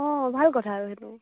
অঁ ভাল কথা আৰু সেইটো